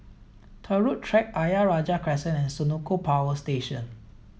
Turut Track Ayer Rajah Crescent and Senoko Power Station